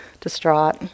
distraught